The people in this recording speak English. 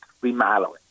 remodeling